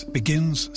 begins